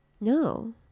no